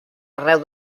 arreu